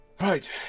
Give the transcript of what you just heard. Right